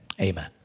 amen